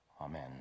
Amen